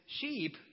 sheep